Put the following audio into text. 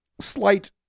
slight